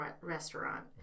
restaurant